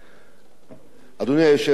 אדוני היושב-ראש, חברי הכנסת,